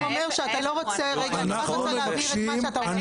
אז אתה בעצם אומר שאתה לא רוצה אני רק רוצה להבהיר את מה שאתה רוצה.